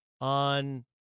on